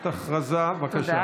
תודה.